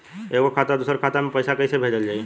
एगो खाता से दूसरा खाता मे पैसा कइसे भेजल जाई?